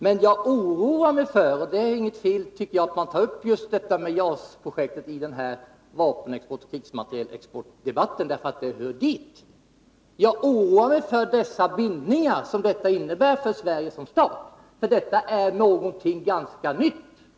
Men jag oroar mig för — och jag tycker inte det är fel att ta upp JAS-projektet i den här krigsmaterielexportdebatten, eftersom den hör hit — de bindningar som detta innebär för Sverige som stat. Detta är något ganska nytt.